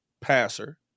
passer